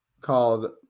called